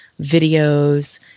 videos